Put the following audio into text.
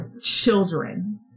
children